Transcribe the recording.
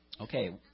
Okay